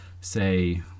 say